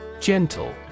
GENTLE